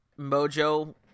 Mojo